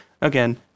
again